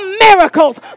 miracles